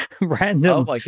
random